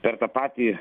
per tą patį